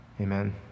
Amen